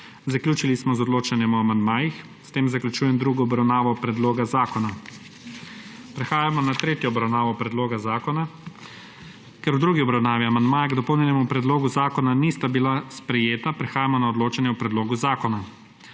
Zaključili smo z odločanjem o amandmajih. S tem zaključujem drugo obravnavo predloga zakona. Prehajamo na tretjo obravnavo predloga zakona. Ker v drugi obravnavi amandmaji k dopolnjenemu predlogu zakona nista bila sprejeta, prehajamo na odločanje o predlogu zakona.